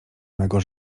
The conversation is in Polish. mego